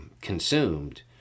consumed